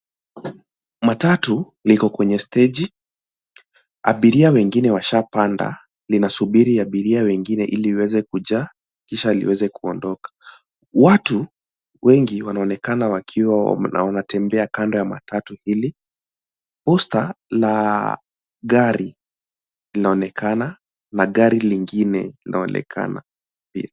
Matatu, liko kwenye steji. Abiria wengine washapanda. Linasubiri abiria wengine ili liweze kujaa, kisha liweze kuondoka. Watu, wengi wanaonekana wakiwa wanatembea kando ya matatu hili. Posta la gari linaonekana na gari lingine laonekana, pia.